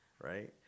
right